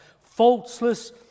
faultless